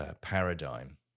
paradigm